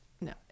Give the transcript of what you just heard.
no